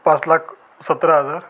पाच लाख सतरा हजार